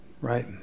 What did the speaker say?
Right